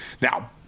Now